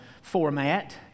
format